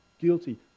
guilty